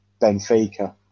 Benfica